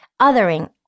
othering